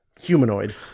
humanoid